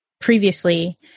previously